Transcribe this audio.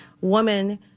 woman